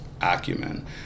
acumen